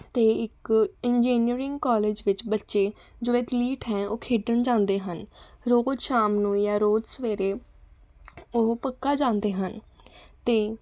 ਅਤੇ ਇੱਕ engineering college ਵਿੱਚ ਬੱਚੇ ਜੋ ਐਥਲੀਟ ਹੈਂ ਉਹ ਖੇਡਣ ਜਾਂਦੇ ਹਨ ਰੋਜ਼ ਸ਼ਾਮ ਨੂੰ ਜਾਂ ਰੋਜ਼ ਸਵੇਰੇ ਉਹ ਪੱਕਾ ਜਾਂਦੇ ਹਨ ਅਤੇ